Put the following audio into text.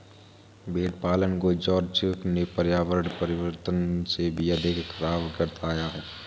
भेड़ पालन को जॉर्ज ने पर्यावरण परिवर्तन से भी अधिक खराब बताया है